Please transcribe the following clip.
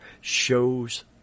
shows